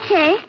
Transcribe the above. Okay